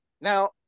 Now